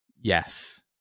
Yes